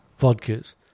vodkas